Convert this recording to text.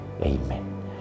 Amen